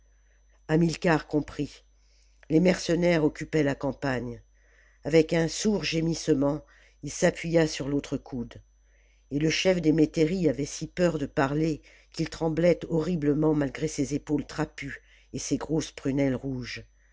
hamilcar comprit les mercenaires occupaient la campagne avec un sourd gémissement il s'appuya sur l'autre coude et le chef des métairies avait si peur de parler qu'il tremblait horriblement malgré ses épaules trapues et ses grosses prunelles rouges